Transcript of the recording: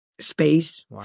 space